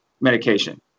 medication